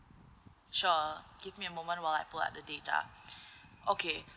sure give me a moment while I put up the data okay